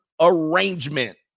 arrangement